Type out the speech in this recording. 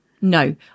no